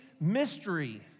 mystery